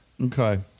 Okay